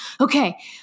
Okay